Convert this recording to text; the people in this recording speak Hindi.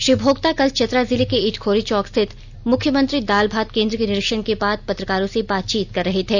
श्री भोक्ता कल चतरा जिले के इटखोरी चौक स्थित मुख्यमंत्री दाल भात कें द्र का निरीक्षण के बाद पत्रकारों से बातचीत कर रहे थे